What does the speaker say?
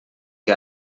que